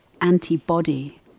antibody